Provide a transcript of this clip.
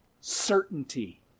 certainty